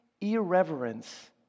irreverence